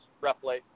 roughly